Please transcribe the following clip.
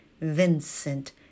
Vincent